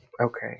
okay